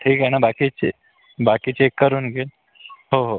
ठीक आहे ना बाकी चे बाकी चेक करून घे हो हो